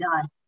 done